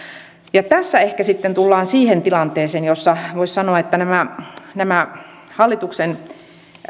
tässä ehkä sitten tullaan siihen tilanteeseen jossa voisi sanoa että nämä nämä hallituksen